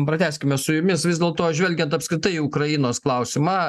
pratęskime su jumis vis dėlto žvelgiant apskritai ukrainos klausimą